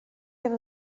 efo